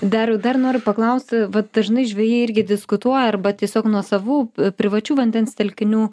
dariau dar noriu paklausti vat dažnai žvejai irgi diskutuoja arba tiesiog nuosavų privačių vandens telkinių